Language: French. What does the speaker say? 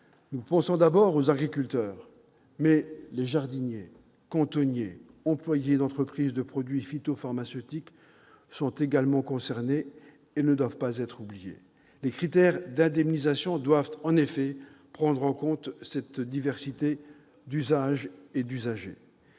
Nous pensons d'abord aux agriculteurs. Mais les jardiniers, cantonniers, employés d'entreprises de produits phytopharmaceutiques sont également concernés et ne doivent pas être oubliés. Les critères d'indemnisation doivent, en effet, prendre en compte cette diversité d'usages et d'usagers.